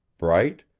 bright,